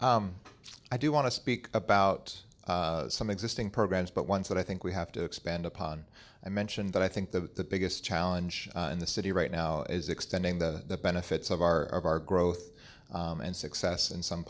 should i do want to speak about some existing programs but ones that i think we have to expand upon i mentioned that i think the biggest challenge in the city right now is extending the benefits of our of our growth and success in some